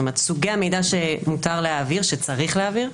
סוגי המידע שמותר להעביר, שצריך להעביר,